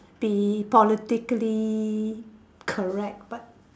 be politically correct but